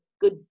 good